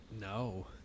no